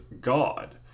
God